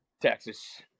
Texas